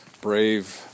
brave